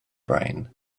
brain